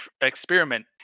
experiment